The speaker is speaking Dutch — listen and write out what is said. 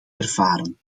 ervaren